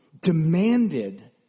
demanded